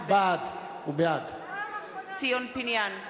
בעד ציון פיניאן,